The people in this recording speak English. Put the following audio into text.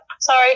sorry